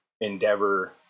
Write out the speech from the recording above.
endeavor